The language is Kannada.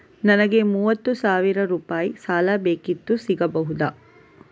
ನನಗೆ ಮೂವತ್ತು ಸಾವಿರ ರೂಪಾಯಿ ಸಾಲ ಬೇಕಿತ್ತು ಸಿಗಬಹುದಾ?